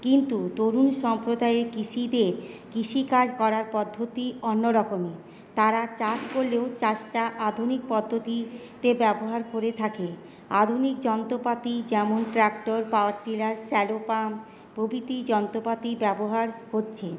কিন্তু তরুণ সম্প্রদায়ে কৃষিতে কৃষিকাজ করার পদ্ধতি অন্যরকমের তারা চাষ করলেও চাষটা আধুনিক পদ্ধতিতে ব্যবহার করে থাকে আধুনিক যন্ত্রপাতি যেমন tractor power tiller shallow pump প্রভৃতি যন্ত্রপাতি ব্যবহার হচ্ছে